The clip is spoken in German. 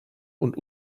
und